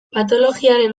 patologiaren